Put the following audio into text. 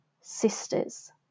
Sisters